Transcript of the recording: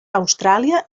austràlia